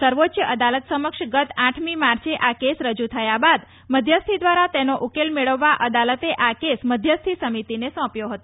સર્વોચ્ય અદાલત સમક્ષ ગત આઠમી માર્ચે આ કેસ રજૂ થયા બાદ મધ્યસ્થી દ્વારા તેનો ઉકેલ મેળવવા અદાલતે આ કેસ મધ્યસ્થી સમિતિને સોંપ્યો હતો